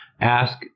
ask